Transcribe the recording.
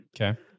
Okay